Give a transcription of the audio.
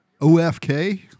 OFK